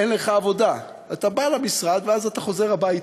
אין לך עבודה, אתה בא למשרד ואז אתה חוזר הביתה.